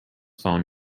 phone